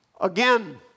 Again